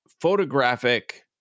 photographic